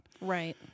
Right